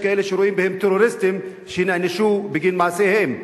יש כאלה שרואים בהם טרוריסטים שנענשו בגין מעשיהם.